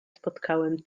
spotkałam